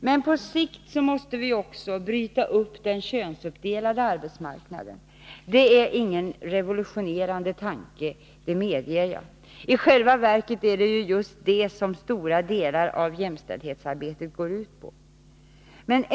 Men på sikt måste vi också bryta upp den könsuppdelade arbetsmarknaden. Det är ingen revolutionerande tanke — det medger jag. I själva verket är det just det som stora delar av jämställdhetsarbetet går ut på.